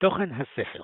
תוכן הספר